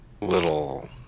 Little